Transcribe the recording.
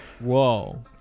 Whoa